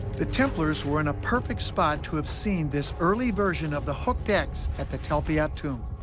the templars were in a perfect spot to have seen this early version of the hooked x at the talpiot tomb.